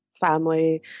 family